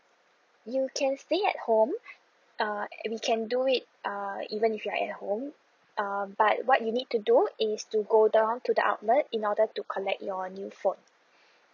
you can stay at home uh we can do it uh even if you are at your home uh but what you need to do is to go down to the outlet in order to collect your new phone